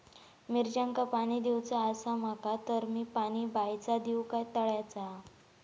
मिरचांका पाणी दिवचा आसा माका तर मी पाणी बायचा दिव काय तळ्याचा?